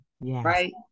right